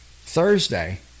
thursday